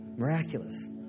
miraculous